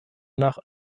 nach